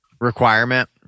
requirement